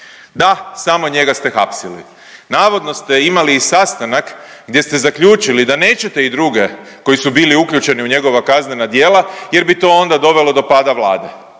Da, samo njega ste hapsili, navodno ste imali i sastanak gdje ste zaključili da nećete i druge koji su bili uključeni u njegova kaznena djela jer bi to onda dovelo do pada Vlade,